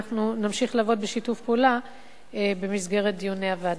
אנחנו נמשיך לעבוד בשיתוף פעולה במסגרת דיוני הוועדה.